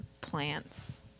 plants